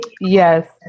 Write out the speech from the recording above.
Yes